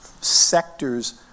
sectors